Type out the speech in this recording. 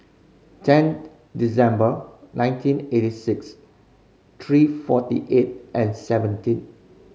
ten December nineteen eighty six three forty eight and seventeen